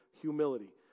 humility